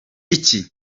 iki